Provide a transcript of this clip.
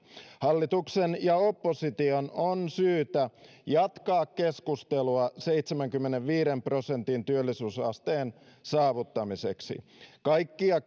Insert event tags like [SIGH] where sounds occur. hallituksen ja opposition on syytä jatkaa keskustelua seitsemänkymmenenviiden prosentin työllisyysasteen saavuttamiseksi kaikkia [UNINTELLIGIBLE]